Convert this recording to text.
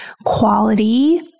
quality